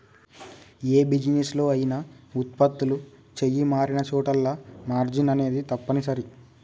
యే బిజినెస్ లో అయినా వుత్పత్తులు చెయ్యి మారినచోటల్లా మార్జిన్ అనేది తప్పనిసరి